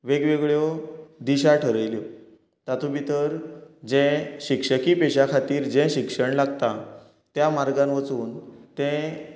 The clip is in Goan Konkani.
वेग वेगळ्यो दिशा ठरयल्यो तातूंत भितर जें शिक्षकी पेशा खातीर जें शिक्षण लागता त्या मार्गान वचून तें